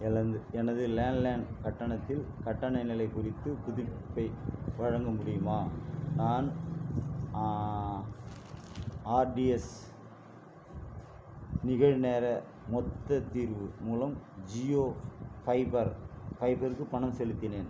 எனது எனது லேண்ட்லைன் கட்டணத்தில் கட்டண நிலை குறித்து புதுப்பிப்பை வழங்க முடியுமா நான் ஆர்டிஎஸ் நிகழ் நேர மொத்த தீர்வு மூலம் ஜியோ ஃபைபர் ஃபைபருக்கு பணம் செலுத்தினேன்